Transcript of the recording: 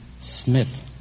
Smith